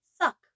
suck